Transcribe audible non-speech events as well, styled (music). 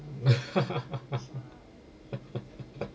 (laughs)